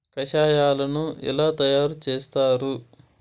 కషాయాలను ఎలా తయారు చేస్తారు?